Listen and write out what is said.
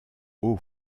haut